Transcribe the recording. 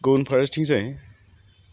गुबुन फारसेथिंजाय